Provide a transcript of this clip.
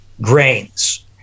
grains